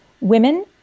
women